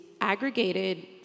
aggregated